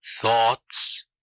thoughts